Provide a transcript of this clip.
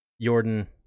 Jordan